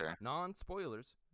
non-spoilers